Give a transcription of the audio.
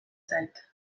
zait